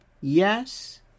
Yes